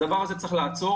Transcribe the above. את הדבר הזה צריך לעצור.